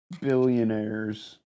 billionaires